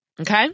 Okay